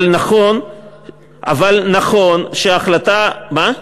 אבל נכון שהחלטה, מה?